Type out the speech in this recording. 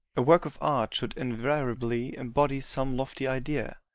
a work of art should invariably embody some lofty idea.